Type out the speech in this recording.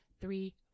three